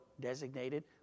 designated